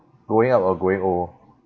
growing up or growing old